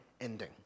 ending